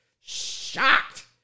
shocked